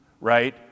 right